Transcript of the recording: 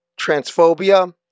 Transphobia